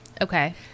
Okay